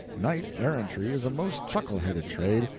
knight-errantry is a most chuckle-headed trade,